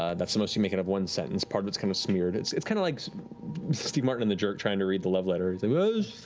ah that's the most you make out of one sentence. part of it's kind of smeared. it's it's kind of like so steve martin in the jerk trying to read the love letter.